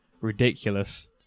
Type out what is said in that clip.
ridiculous